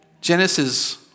Genesis